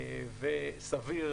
וסביר.